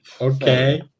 okay